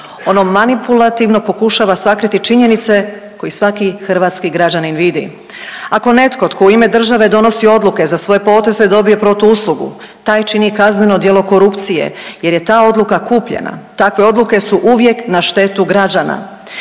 Ono manipulativno pokušava sakriti činjenice koje svaki hrvatski građanin vidi. Ako netko tko u ime države donosi odluke za svoje poteze i dobije protuuslugu taj čini kazneno djelo korupcije jer je ta odluka kupljena. Takve odluke su uvijek na štetu građana.